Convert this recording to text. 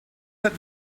that